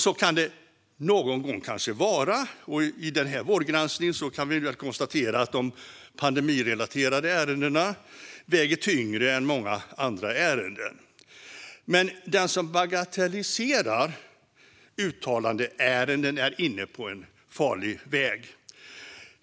Så kan det någon gång kanske vara, och i denna vårgranskning kan nog konstateras att de pandemirelaterade ärendena väger tyngre än många andra ärenden. Men den som bagatelliserar uttalandeärenden är inne på en farlig väg.